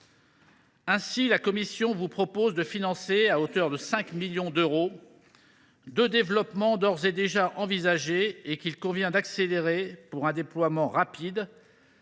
Ainsi, la commission vous propose de financer, à hauteur de 5 millions d’euros, deux développements d’ores et déjà envisagés et qu’il convient d’accélérer pour permettre leur déploiement rapide